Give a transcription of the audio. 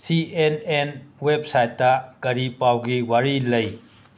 ꯁꯤ N N ꯋꯦꯕꯁꯥꯏꯠꯇꯥ ꯀꯔꯤ ꯄꯥꯎꯒꯤ ꯋꯥꯔꯤ ꯂꯩ